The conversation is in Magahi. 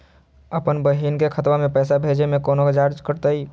अपन बहिन के खतवा में पैसा भेजे में कौनो चार्जो कटतई?